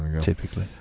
typically